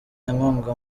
inkunga